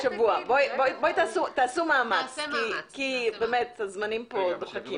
תעשו מאמץ, כי באמת הזמנים פה דוחקים.